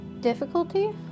Difficulty